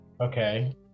Okay